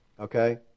okay